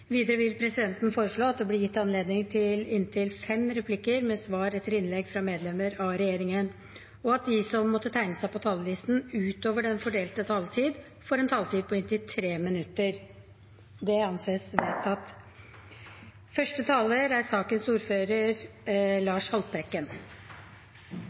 Videre vil presidenten foreslå at det blir gitt anledning til replikkordskifte på inntil fem replikker med svar etter innlegg fra medlemmer av regjeringen, og at de som måtte tegne seg på talerlisten utover den fordelte taletid, får en taletid på inntil 3 minutter. – Det anses vedtatt.